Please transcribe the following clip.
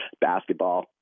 basketball